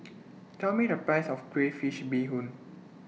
Tell Me The Price of Crayfish Beehoon